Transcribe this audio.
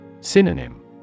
Synonym